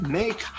make